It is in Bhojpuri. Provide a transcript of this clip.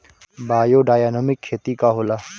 बायोडायनमिक खेती का होला?